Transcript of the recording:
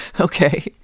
Okay